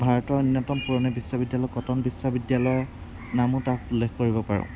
ভাৰতৰ অন্যতম পুৰণি বিশ্ববিদ্যালয় কটন বিশ্ববিদ্যালয়ৰ নামো তাত উল্লেখ কৰিব পাৰোঁ